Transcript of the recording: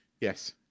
Yes